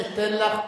אתן לך.